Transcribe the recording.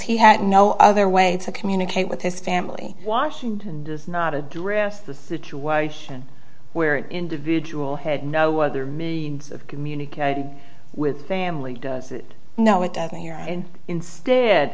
he had no other way to communicate with his family washington does not address the situation where individual had no other means of communicating with family does it know it doesn't here and instead